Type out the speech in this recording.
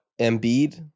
Embiid